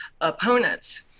opponents